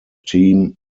team